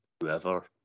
whoever